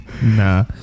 Nah